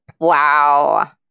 Wow